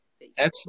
Excellent